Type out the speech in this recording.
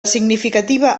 significativa